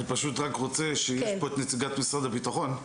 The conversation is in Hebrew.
אני פשוט רק רוצה בבקשה כשנציגת משרד הביטחון פה.